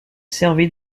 servit